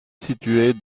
située